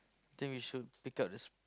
think we should pick up the